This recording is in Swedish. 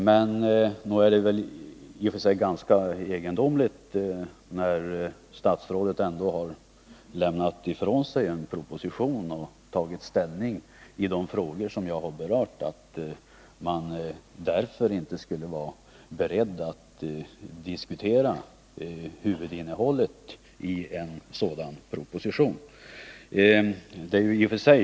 Men nog är det ganska egendomligt, när statsrådet ändå har lämnat ifrån sig propositioner och tagit ställning i de frågor som jag har berört, att han inte skulle vara beredd att diskutera huvudinnehållet i propositionerna.